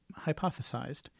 hypothesized